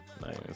nice